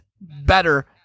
better